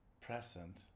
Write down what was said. present